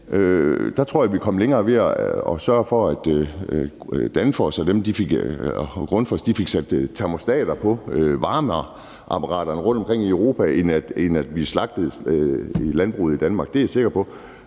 der tror jeg, vi ville komme længere ved at sørge for, at Danfoss og Grundfos fik sat termostater på varmeapparaterne rundtomkring i Europa, end at vi slagtede landbruget i Danmark. Det er jeg sikker på,